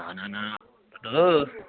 न न न तत्